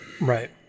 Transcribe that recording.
Right